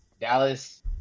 Dallas